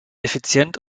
effizient